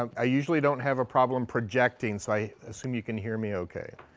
um i usually don't have a problem projecting, so i assume you can hear me okay.